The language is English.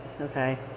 okay